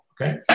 okay